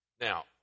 Now